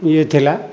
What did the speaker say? ଇଏ ଥିଲା